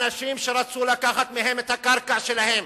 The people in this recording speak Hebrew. אנשים שרצו לקחת מהם את הקרקע שלהם,